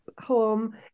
home